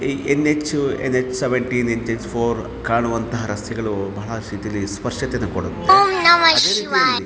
ಈ N H N H seventeen N H four ಕಾಣುವಂಥ ರಸ್ತೆಗಳು ಬಾಳಷ್ಟು ರೀತಿಲಿ ಸ್ಪಷ್ಟತೇನ ಕೊಡುತ್ತೆ ಅದೇ ರೀತಿಯಲ್ಲಿ